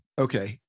okay